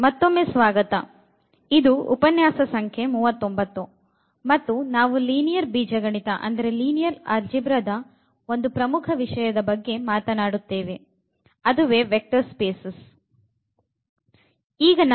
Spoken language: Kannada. ಮತ್ತೊಮ್ಮೆ ಸ್ವಾಗತಇದು ಉಪನ್ಯಾಸ ಸಂಖ್ಯೆ 39 ಮತ್ತು ನಾವು ಲೀನಿಯರ್ ಬೀಜಗಣಿತದ ಒಂದು ಪ್ರಮುಖ ವಿಷಯದ ಬಗ್ಗೆ ಮಾತನಾಡುತ್ತೇವೆ ಅದುವೇ ವೆಕ್ಟರ್ ಸ್ಪೇಸ್ ಗಳು